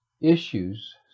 issues